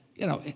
you know,